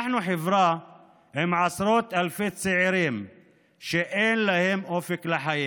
אנחנו חברה עם עשרות אלפי צעירים שאין להם אופק לחיים,